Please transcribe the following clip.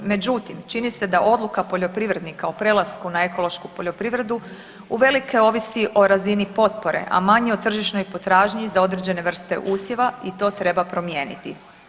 Međutim, čini se da odluka poljoprivrednika o prelasku na ekološku poljoprivredu uvelike ovisi o razini potpore, a manje o tržišnoj potražnji za određene vrste usjeva i to treba promijeniti.